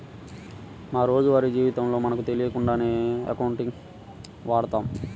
మా రోజువారీ జీవితంలో మనకు తెలియకుండానే అకౌంటింగ్ ని వాడతాం